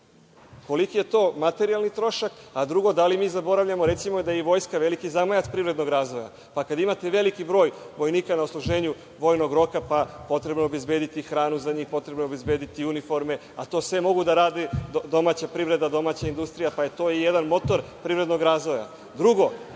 Koliki je to materijalni trošak? Drugo, da li mi zaboravljamo, recimo, da je i vojska veliki zamajac privrednog razvoja, pa kad imate veliki broj vojnika na odsluženju vojnog roka, pa potrebno je obezbediti hranu za njih, potrebno je obezbediti uniforme, a to sve može da radi domaća privreda, domaća industrija, pa je to i jedan motor privrednog razvoja. Drugo,